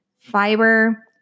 fiber